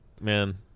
man